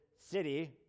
city